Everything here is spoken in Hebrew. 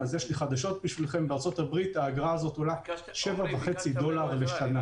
אז יש לי חדשות בשבילכם: בארצות הברית האגרה הזאת עולה 7.5 דולר לשנה.